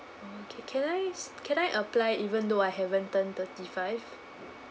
okay can I can I apply even though I haven't turned thirty five